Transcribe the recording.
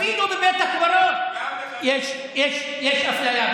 אפילו בבית הקברות יש אפליה.